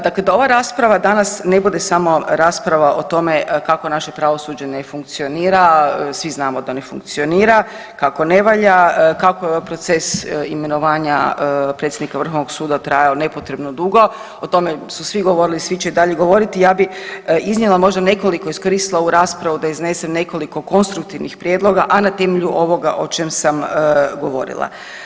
Dakle, da ova rasprava danas ne bude samo rasprava o tome kako naše pravosuđe ne funkcionira, svi znamo da ne funkcionira, kako ne valja, kako je ovaj proces imenovanja predsjednika Vrhovnog suda trajao nepotrebno dugo, o tome su svi govorili i svi će i dalje govoriti, ja bi iznijela možda nekoliko, iskoristila ovu raspravu da iznesem nekoliko konstruktivnih prijedloga, a na temelju ovoga o čem sam govorila.